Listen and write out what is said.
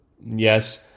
Yes